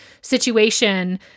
situation